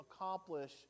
accomplish